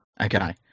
Okay